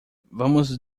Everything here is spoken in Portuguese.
vamos